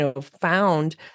found